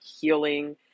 healing